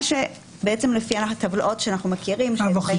מה שלפי הטבלאות שאנחנו מכירים --- אם אני לא טועה,